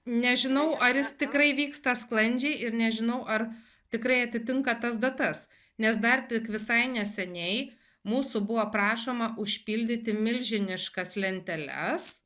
nežinau ar jis tikrai vyksta sklandžiai ir nežinau ar tikrai atitinka tas datas nes dar tik visai neseniai mūsų buvo prašoma užpildyti milžiniškas lenteles